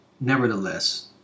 nevertheless